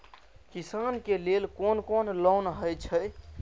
किसान के लेल कोन कोन लोन हे छे?